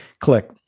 click